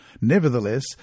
nevertheless